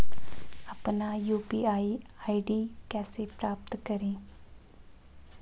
अपना UPI ID कैसे प्राप्त करें?